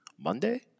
Monday